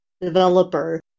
developer